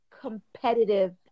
competitive